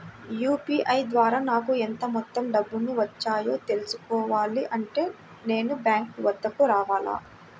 UPI ద్వారా నాకు ఎంత మొత్తం డబ్బులు వచ్చాయో తెలుసుకోవాలి అంటే నేను బ్యాంక్ వద్దకు రావాలా?